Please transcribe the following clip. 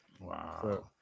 Wow